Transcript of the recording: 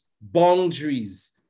boundaries